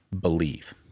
Believe